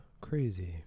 crazy